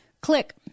click